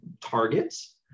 targets